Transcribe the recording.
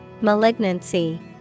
Malignancy